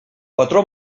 patró